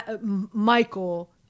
Michael